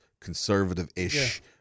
conservative-ish